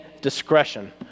discretion